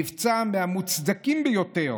מבצע מהמוצדקים ביותר,